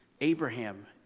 Abraham